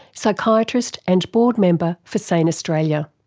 psychiatrist and board member for sane australia.